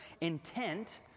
Intent